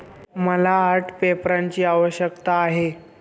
मला आर्ट पेपरची आवश्यकता आहे